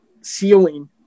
ceiling